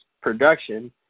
production –